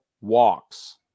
walks